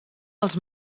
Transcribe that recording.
els